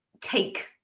take